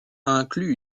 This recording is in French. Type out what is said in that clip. inclut